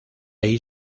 ahí